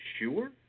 sure